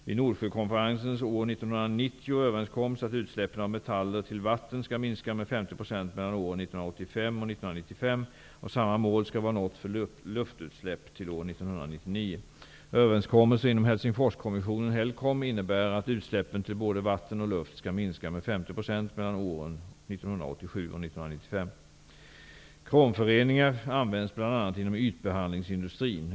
Vid Nordsjökonferensen år 1990 överenskoms att utsläppen av metaller till vatten skall minska med 50 % mellan åren 1985 och 1995, och samma mål skall vara nått för luftutsläpp till år Helsingforskommissionen, Helcom, innebär att utsläppen till både vatten och luft skall minska med Kromföreningar används bl.a. inom ytbehandlingsindustrin.